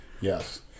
Yes